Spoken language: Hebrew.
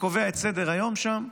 שקובע את סדר-היום שם.